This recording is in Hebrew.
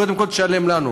אז קודם כול תשלם לנו.